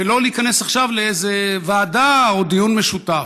ולא להיכנס עכשיו לאיזו ועדה או דיון משותף.